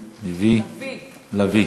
לביא.